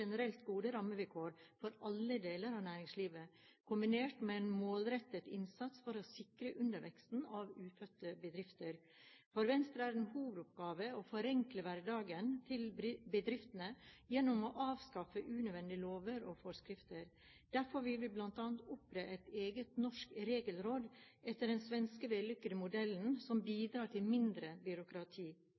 generelt gode rammevilkår for alle deler av næringslivet, kombinert med en målrettet innsats for å sikre underveksten av ufødte bedrifter. For Venstre er det en hovedoppgave å forenkle hverdagen til bedriftene gjennom å avskaffe unødvendige lover og forskrifter. Derfor vil vi bl.a. opprette et eget norsk regelråd etter den svenske, vellykkede modellen, som bidrar til mindre byråkrati.